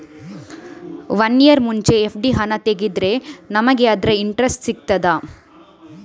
One year ಮುಂಚೆ FD ಹಣ ತೆಗೆದ್ರೆ ನಮಗೆ ಅದರ ಇಂಟ್ರೆಸ್ಟ್ ಸಿಗ್ತದ?